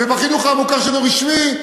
ובחינוך המוכר שאינו רשמי.